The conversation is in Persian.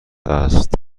است